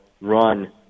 run